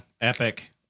Epic